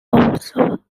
also